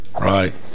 Right